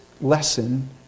lesson